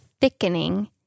thickening